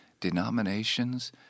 denominations